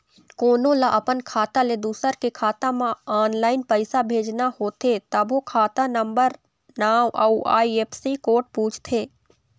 कोनो ल अपन खाता ले दूसर के खाता म ऑनलाईन पइसा भेजना होथे तभो खाता नंबर, नांव अउ आई.एफ.एस.सी कोड पूछथे